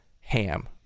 ham